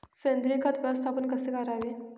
सेंद्रिय खत व्यवस्थापन कसे करावे?